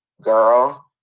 Girl